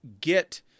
get